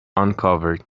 uncovered